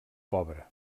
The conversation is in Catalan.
pobre